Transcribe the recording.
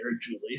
Julie